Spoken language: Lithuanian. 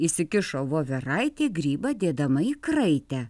įsikišo voveraitė grybą dėdama į kraitę